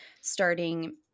starting